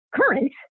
current